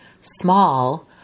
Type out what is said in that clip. small